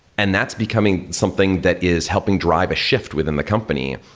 and that's becoming something that is helping drive a shift within the company,